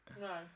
No